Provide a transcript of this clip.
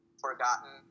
forgotten